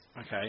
Okay